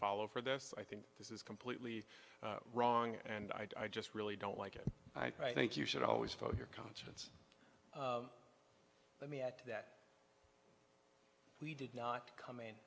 follow for this i think this is completely wrong and i just really don't like it i think you should always follow your conscience let me add that we did not come in